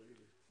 תגיד לי.